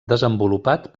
desenvolupat